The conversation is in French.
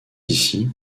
ici